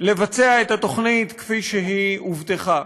לבצע את התוכנית כפי שהובטחה.